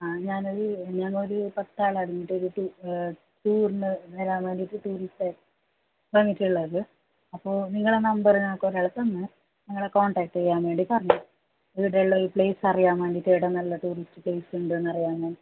ആ ഞാൻ ഒരു ഞാൻ ഒരു പത്ത് ആൾ അടങ്ങിയിട്ടൊരു ടൂറിന് വരാൻ വേണ്ടിയിട്ട് ടൂറിസ്റ്റ് വന്നിട്ടുള്ളത് അപ്പോൾ നിങ്ങളെ നമ്പർ ഞങ്ങൾക്ക് ഒരാൾ തന്ന് നിങ്ങളെ കോൺടാക്റ്റ് ചെയ്യാൻ വേണ്ടി പറഞ്ഞു ഇവിടെ ഉള്ള ഈ പ്ലേസ് അറിയാൻ വേണ്ടിയിട്ട് എവിടെ നല്ലത് ടൂറിസ്റ്റ് പ്ലേസുണ്ടെന്ന് അറിയാൻ